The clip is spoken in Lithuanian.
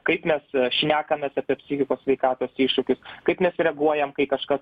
kaip mes šnekamės apie psichikos sveikatos iššūkius kaip mes reaguojam kai kažkas